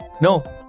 No